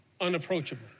unapproachable